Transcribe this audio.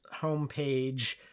homepage